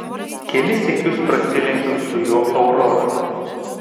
kelis sykius prasilenkiau su juo auroroje